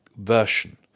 version